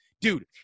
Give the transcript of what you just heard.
Dude